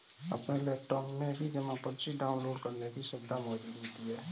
अपने लैपटाप में भी जमा पर्ची डाउनलोड करने की सुविधा मौजूद होती है